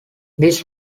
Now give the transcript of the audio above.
this